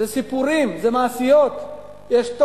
אלה סיפורים, מעשיות.